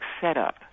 setup